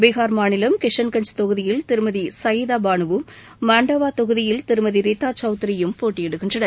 பீகார் மாநிலம் கிஷன்கஞ்ச் தொகுதியில் திருமதி சையிதா பானுவும் மாண்டவா தொகுதியில் திருமதி ரித்தா சவுத்ரியும் போட்டியிடுகின்றனர்